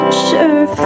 sure